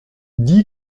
dit